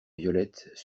violettes